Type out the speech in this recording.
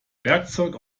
werkzeug